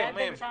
בבקשה.